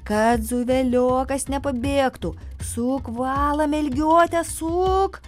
kad zuveliokas nepabėgtų suk valą melgiotę suk